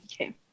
Okay